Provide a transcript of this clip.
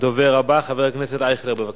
הדובר הבא, חבר הכנסת ישראל אייכלר, בבקשה.